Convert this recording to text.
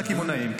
זה הקמעונאים.